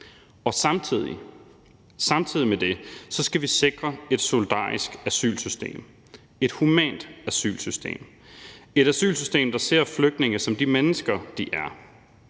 Og samtidig med det skal vi sikre et solidarisk asylsystem, et humant asylsystem, et asylsystem, der ser flygtninge som de mennesker, de er